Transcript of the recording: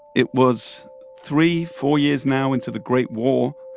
it was three, four years now into the great war.